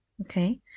okay